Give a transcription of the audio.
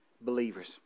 believers